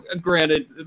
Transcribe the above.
Granted